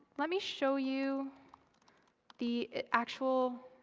let me show you the actual